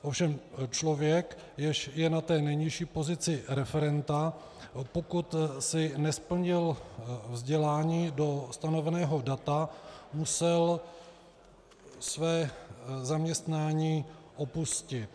Ovšem člověk, jenž je na té nejnižší pozici referenta, pokud si nesplnil vzdělání do stanoveného data, musel své zaměstnání opustit.